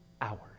hours